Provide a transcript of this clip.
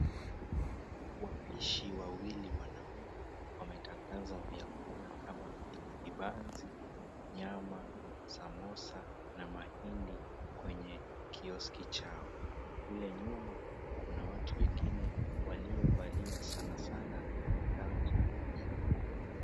Wapishi wawili wanaume wametandaza vyakula kama vile vibanzi, nyama, samosa na mahindi kwenye kioski chao. Kule nyuma kuna watu wengine waliovalia sana sana nyeupe.